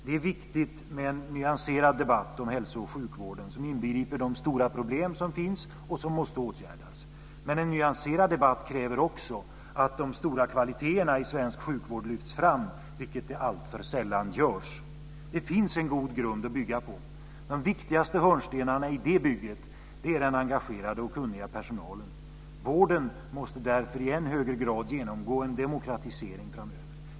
Det är viktigt med en nyanserad debatt om hälso och sjukvården som inbegriper de stora problem som finns och som måste åtgärdas. Men en nyanserad debatt kräver också att de stora kvaliteterna i svensk sjukvård lyfts fram, vilket alltför sällan görs. Det finns en god grund att bygga på. De viktigaste hörnstenarna i det bygget är den engagerade och kunniga personalen. Vården måste därför i än högre grad genomgå en demokratisering framöver.